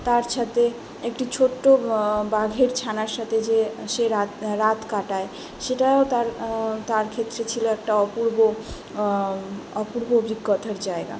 তার সাথে একটি ছোট্ট বাঘের ছানার সাথে যে সে রাত রাত কাটায় সেটাও তার তার ক্ষেত্রে ছিল একটা অপূর্ব অপূর্ব অভিজ্ঞতার জায়গা